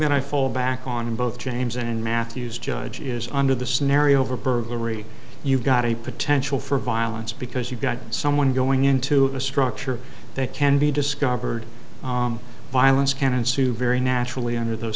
that i fall back on both james and matthews judge is under the scenario of a burglary you've got a potential for violence because you've got someone going into a structure that can be discovered violence can ensue very naturally under those